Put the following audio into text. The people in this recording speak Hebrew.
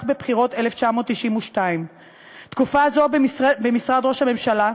בבחירות 1992. תקופה זו במשרד ראש הממשלה,